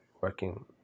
working